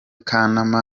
kanama